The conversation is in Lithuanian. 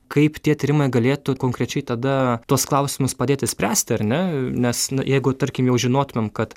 kaip tie tyrimai galėtų konkrečiai tada tuos klausimus padėti spręsti ar ne nes jeigu tarkim jau žinotumėm kad